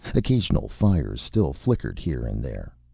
occasional fires still flickered here and there.